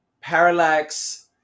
Parallax